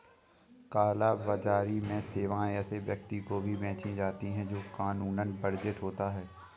काला बाजारी में सेवाएं ऐसे व्यक्ति को भी बेची जाती है, जो कानूनन वर्जित होता हो